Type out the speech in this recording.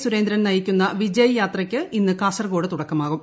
സുരേന്ദ്രൻ നയിക്കുന്ന വിജയ് യാത്രയ്ക്ക് ഇന്ന് കാസർഗോഡ് തുടക്കമാകും